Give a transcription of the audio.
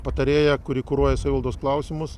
patarėja kuri kuruoja savivaldos klausimus